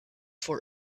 for